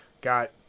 got